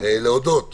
להודות